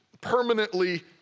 permanently